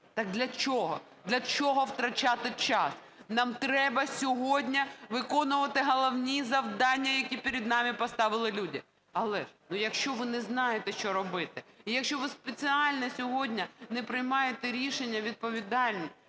Так для чого, для чого втрачати час? Нам треба сьогодні виконувати головні завдання, які перед нами поставили люди. Але якщо ви не знаєте, що робити, і якщо ви спеціально сьогодні не приймаєте рішення відповідальні,